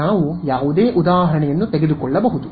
ನಾವು ಯಾವುದೇ ಉದಾಹರಣೆಯನ್ನು ತೆಗೆದುಕೊಳ್ಳಬಹುದು